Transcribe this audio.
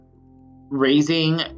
raising